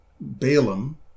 Balaam